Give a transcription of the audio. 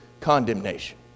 condemnation